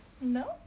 No